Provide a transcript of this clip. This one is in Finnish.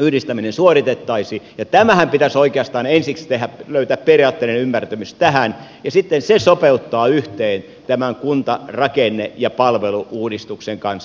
yhdistäminen suoritettaisiin ja tämähän pitäisi oikeastaan ensiksi tehdä löytää periaatteellinen ymmärtämys tähän ja sitten se sopeuttaa yhteen tämän kuntarakenne ja palvelu uudistuksen kanssa